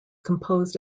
composed